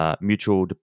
mutual